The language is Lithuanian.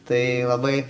tai labai